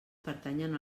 pertanyen